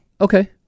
Okay